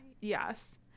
Yes